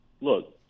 look